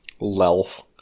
Lelf